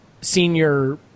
senior